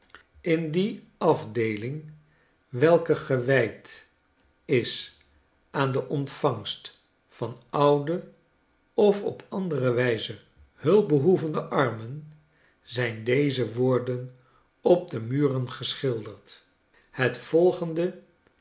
in die afdeeling welke gewijd is aan de ontvangst van oude of op andere wijze hulpbehoevende armen zijn deze woorden op de muren geschilderd het volgende